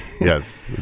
yes